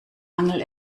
angel